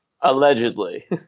Allegedly